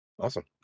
awesome